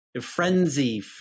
frenzy